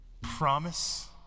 Promise